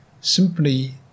simply